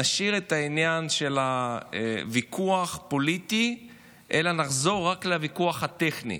נשאיר את העניין של הוויכוח הפוליטי ונחזור רק לוויכוח הטכני.